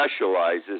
specializes